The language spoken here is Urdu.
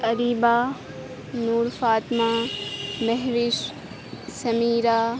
اریبہ نور فاطمہ مہوش سمیرا